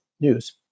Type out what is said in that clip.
news